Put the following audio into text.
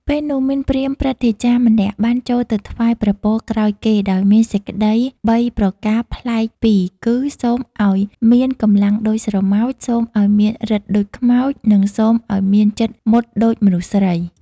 ពេលនោះ មានព្រាហ្មណ៍ព្រឹទ្ធាចារ្យម្នាក់ បានចូលទៅថ្វាយព្រះពរក្រោយគេ ដោយមានសេចក្តី ៣ ប្រការប្លែកពីគឺ សូមឲ្យមានកម្លាំងដូចស្រមោច សូមឲ្យមានឫទ្ធិដូចខ្មោច និងសូមឲ្យមានចិត្តមុតដូចមនុស្សស្រី។